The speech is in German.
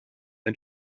ein